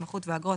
התמחות ואגרות),